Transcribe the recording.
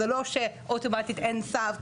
זה לא שאוטומטית אין צו,